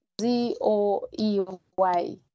Z-O-E-Y